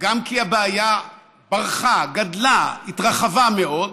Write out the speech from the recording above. גם כי הבעיה ברחה, גדלה, התרחבה מאוד,